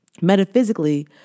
Metaphysically